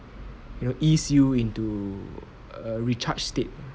you know ease you into a recharged state